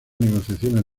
negociaciones